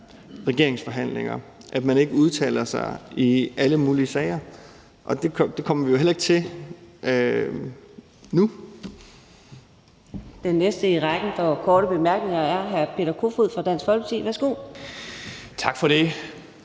regeringsforhandlinger, at man ikke udtaler sig om alle mulige sager, og det kommer vi jo heller ikke til at